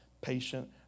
patient